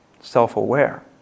self-aware